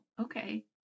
Okay